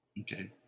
Okay